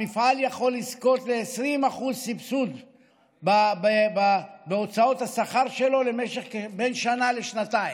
המפעל יכול לזכות ב-20% סבסוד בהוצאות השכר שלו למשך שנה עד שנתיים,